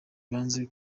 banze